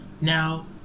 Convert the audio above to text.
Now